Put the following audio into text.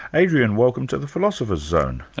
adrian, welcome to the philosopher's zone.